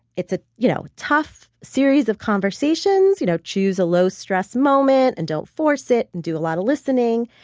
it's a you know tough series of conversations. you know choose a low stress moment, and don't force it and do a lot of listening.